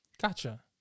Gotcha